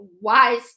wise